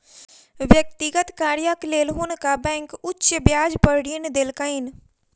व्यक्तिगत कार्यक लेल हुनका बैंक उच्च ब्याज पर ऋण देलकैन